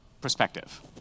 perspective